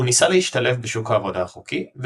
הוא ניסה להשתלב בשוק העבודה החוקי,